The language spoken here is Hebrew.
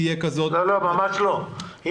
ממש לא,